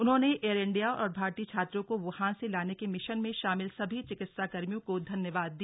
उन्होंने air India और भारतीय छात्रों को वुहान से लाने के मिशन में शामिल सभी चिकित्सा कर्मियों को धन्यवाद दिया